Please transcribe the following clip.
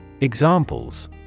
Examples